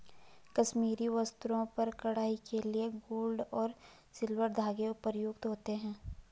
कश्मीरी वस्त्रों पर कढ़ाई के लिए गोल्ड और सिल्वर धागे प्रयुक्त होते हैं